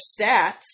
stats